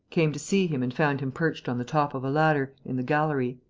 came to see him and found him perched on the top of a ladder, in the gallery.